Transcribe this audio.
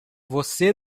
você